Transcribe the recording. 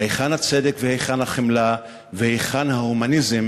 היכן הצדק והיכן החמלה והיכן ההומניזם